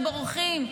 ובורחים.